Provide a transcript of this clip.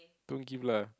don't give lah